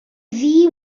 ddi